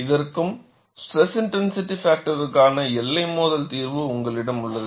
இதற்கும் SIF க்கான எல்லை மோதல் தீர்வு உங்களிடம் உள்ளது